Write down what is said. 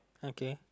okay